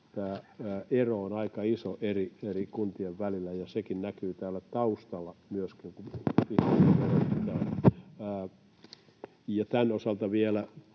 tämä ero on aika iso eri kuntien välillä, ja sekin näkyy täällä taustalla myöskin. Ja tämän osalta vielä,